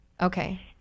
Okay